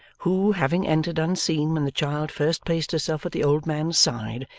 who, having entered unseen when the child first placed herself at the old man's side,